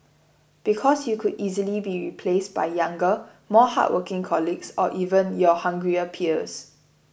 because you could easily be replaced by younger more hardworking colleagues or even your hungrier peers